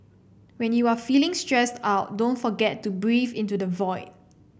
when you are feeling stressed out don't forget to breathe into the void